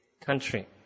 country